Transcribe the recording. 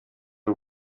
w’u